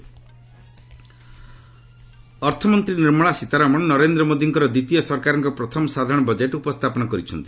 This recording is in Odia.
ବଜେଟ୍ ଅର୍ଥମନ୍ତ୍ରୀ ନିର୍ମଳା ସୀତାରମଣ ନରେନ୍ଦ୍ର ମୋଦିଙ୍କର ଦ୍ୱିତୀୟ ସରକାରଙ୍କ ପ୍ରଥମ ସାଧାରଣ ବଜେଟ୍ ଉପସ୍ଥାପନ କରିଛନ୍ତି